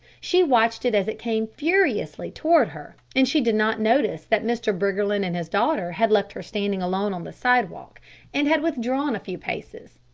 she watched it as it came furiously toward her, and she did not notice that mr. briggerland and his daughter had left her standing alone on the sidewalk and had withdrawn a few paces.